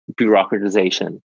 bureaucratization